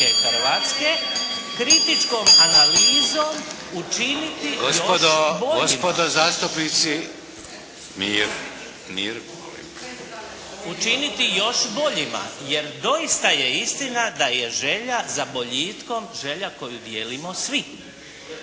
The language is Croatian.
Goran (HNS)** Učiniti još boljima. Jer doista je istina da je želja za boljitkom želja koju dijelimo svi.